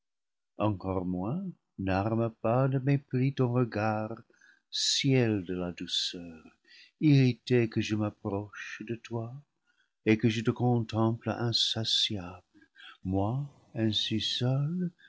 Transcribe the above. encore moins n'arme pas de mépris ton regard ciel de la douceur irritée que je m'ap proche de toi et que je te contemple insatiable moi ainsi seul